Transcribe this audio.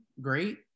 Great